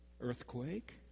Earthquake